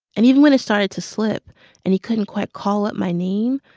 and even when it started to slip and he couldn't quite call up my name,